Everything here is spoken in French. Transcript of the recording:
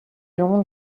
londres